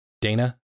Dana